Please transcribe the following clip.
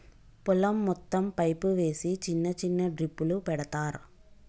పొలం మొత్తం పైపు వేసి చిన్న చిన్న డ్రిప్పులు పెడతార్